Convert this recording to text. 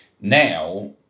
Now